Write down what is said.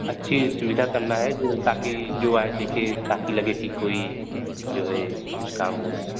अच्छी सुविधा करना है जो ताकि जो आए देखे ताकि लगे कि कोई जो है कुछ काम हुआ